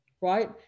right